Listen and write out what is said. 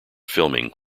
filming